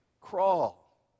crawl